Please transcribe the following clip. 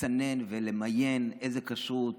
לסנן ולמיין איזו כשרות,